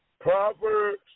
Proverbs